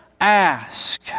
ask